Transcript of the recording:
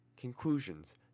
Conclusions